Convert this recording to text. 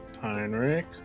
Heinrich